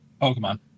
Pokemon